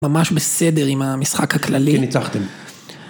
ממש בסדר עם המשחק הכללי. כי ניצחתם